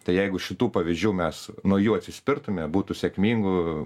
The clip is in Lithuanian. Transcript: tai jeigu šitų pavyzdžių mes nuo jų atsispirtume būtų sėkmingų